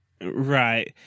Right